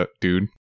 dude